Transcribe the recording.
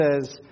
says